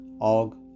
Og